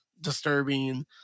disturbing